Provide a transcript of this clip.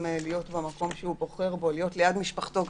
להיות איפה שהוא בוחר או להיות ליד משפחתו.